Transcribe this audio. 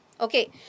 okay